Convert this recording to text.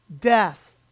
death